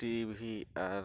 ᱟᱨ